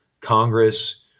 Congress